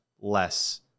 less